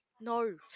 no